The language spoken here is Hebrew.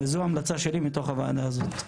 וזאת ההמלצה שלי מתוך הוועדה זאת.